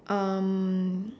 um